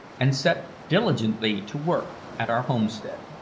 and set diligently to work at our homestead.